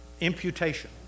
Imputation